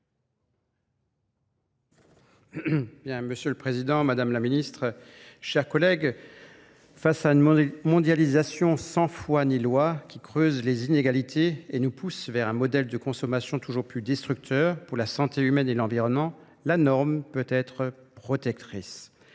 M. le Président, Mme la Ministre, chers collègues, face à une mondialisation sans foi ni loi qui creuse les inégalités et nous pousse vers un modèle de consommation toujours plus destructeur pour la santé humaine et l'environnement, la norme peut être protectrice.